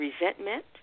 resentment